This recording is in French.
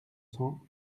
cents